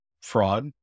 fraud